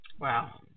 Wow